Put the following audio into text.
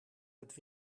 het